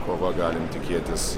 kova galim tikėtis